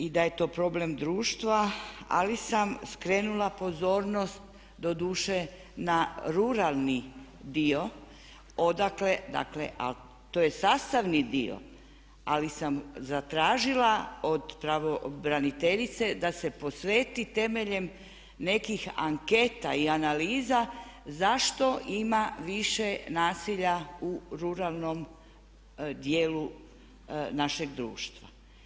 I da je to problem društva, ali sam skrenula pozornost doduše na ruralni dio odakle, dakle ali to je sastavni dio ali sam zatražila od pravobraniteljice da se posveti temeljem nekih anketa i analiza zašto ima više nasilja u ruralnom dijelu našeg društva.